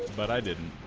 but i didn't,